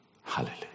Hallelujah